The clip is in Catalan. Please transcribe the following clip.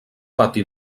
pati